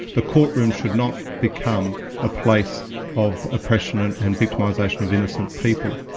the courtroom should not become a place of oppression and and victimisation of innocent people.